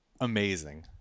amazing